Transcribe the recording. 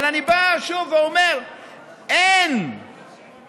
אבל אני שוב בא ואומר: אין לגיטימציה,